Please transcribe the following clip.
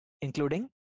including